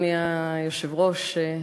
אדוני היושב-ראש,